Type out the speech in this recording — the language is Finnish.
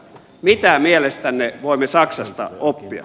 mitä mielestänne voimme saksasta oppia